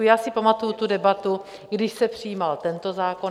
Já si pamatuji debatu, když se přijímal tento zákon.